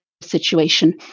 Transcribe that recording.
situation